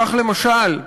כך, למשל,